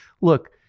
Look